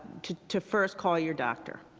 to to first call your doctor.